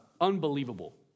unbelievable